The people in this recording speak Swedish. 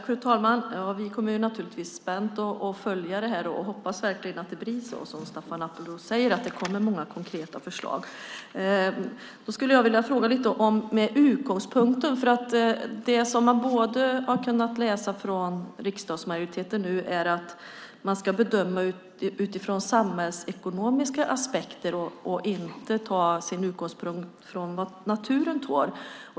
Fru talman! Vi kommer naturligtvis att spänt följa det här, och jag hoppas verkligen att det blir så som Staffan Appelros säger, att det kommer många konkreta förslag. Jag skulle vilja fråga lite om utgångspunkten. Det som man har kunnat läsa från riksdagsmajoriteten är att man ska bedöma utifrån samhällsekonomiska aspekter och alltså inte ta sin utgångspunkt från vad naturen tål.